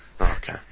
Okay